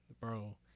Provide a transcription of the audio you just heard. Bro